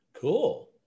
Cool